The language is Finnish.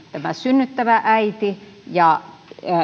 tämä synnyttävä äiti ja